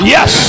Yes